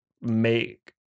make